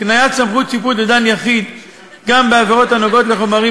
הקניית סמכות שיפוט לדן יחיד גם בעבירות הנוגעות לחומרים